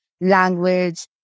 language